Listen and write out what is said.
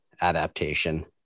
adaptation